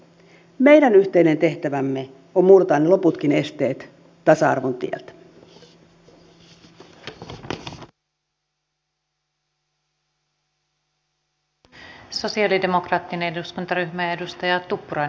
meidän yhteinen tehtävämme on murtaa ne loputkin esteet tasa arvon tieltä